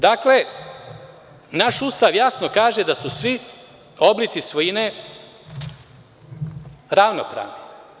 Dakle, naš Ustav jasno kaže da su svi oblici svojine ravnopravni.